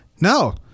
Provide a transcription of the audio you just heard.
No